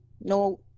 no